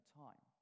time